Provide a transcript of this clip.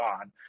on